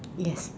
yes